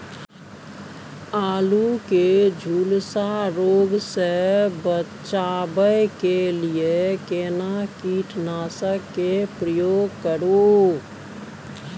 आलू के झुलसा रोग से बचाबै के लिए केना कीटनासक के प्रयोग करू